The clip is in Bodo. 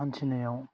हान्थिनायाव